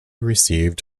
received